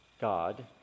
God